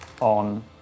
on